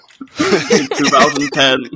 2010